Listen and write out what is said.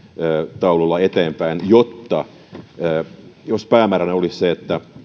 aikataululla eteenpäin päämääränä se että